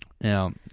Now